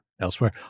elsewhere